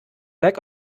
lack